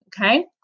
okay